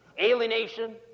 alienation